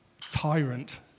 tyrant